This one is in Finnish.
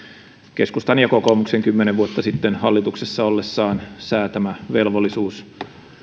keskustan ja kokoomuksen kymmenen vuotta sitten hallituksessa ollessaan säätämä velvollisuus